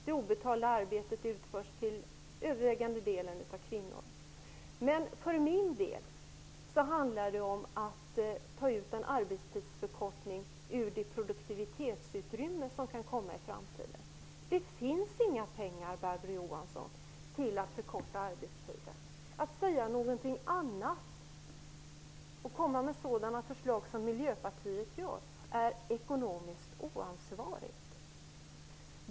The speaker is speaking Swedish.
Det obetalda arbetet utförs till övervägande del av kvinnor. För min del handlar det emellertid om att ta ut en arbetstidsförkortning ur det produktivitetsutrymme som kan uppstå i framtiden. Det finns inte några pengar, Barbro Johansson, till att förkorta arbetstiden. Att säga någonting annat och att lägga fram sådana förslag som Miljöpartiet har lagt fram är ekonomiskt oansvarigt.